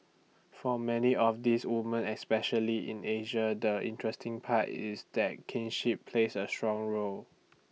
for many of these woman especially in Asia the interesting part is that kinship plays A strong role